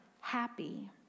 happy